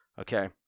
Okay